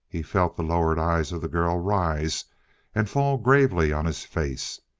he felt the lowered eyes of the girl rise and fall gravely on his face,